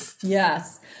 Yes